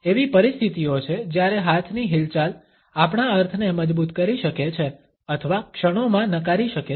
એવી પરિસ્થિતિઓ છે જ્યારે હાથની હિલચાલ આપણા અર્થને મજબૂત કરી શકે છે અથવા ક્ષણોમાં નકારી શકે છે